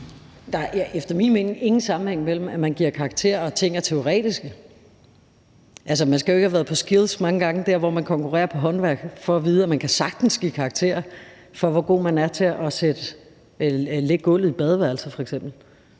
Der er efter min mening ingen sammenhæng mellem, at man giver karakterer, og at ting er teoretiske. Altså, man skal jo ikke have været mange gange til DM i Skills – der, hvor man konkurrerer i håndværk – for at finde ud af, at man sagtens kan give karakterer for, hvor gode folk er til f.eks. at lægge et gulv i et badeværelse.